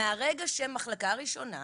מהרגע ש"מחלקה ראשונה"